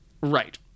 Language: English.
right